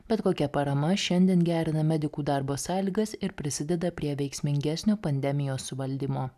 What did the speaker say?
bet kokia parama šiandien gerina medikų darbo sąlygas ir prisideda prie veiksmingesnio pandemijos suvaldymo